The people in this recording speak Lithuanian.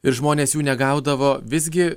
ir žmonės jų negaudavo visgi